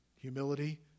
humility